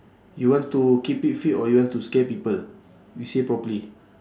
you want to keep it fit or you want to scare people you say properly